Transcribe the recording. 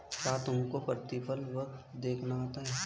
क्या तुमको प्रतिफल वक्र देखना आता है?